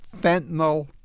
fentanyl